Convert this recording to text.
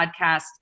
podcast